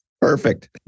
Perfect